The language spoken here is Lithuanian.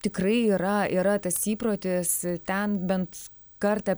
tikrai yra yra tas įprotis ten bent kartą